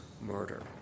murder